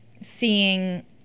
seeing